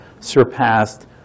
surpassed